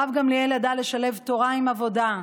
הרב גמליאל ידע לשלב תורה עם עבודה,